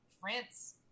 France